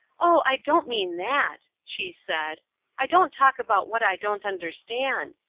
oh, i don't mean that, she said i don't talk about what i don't understand.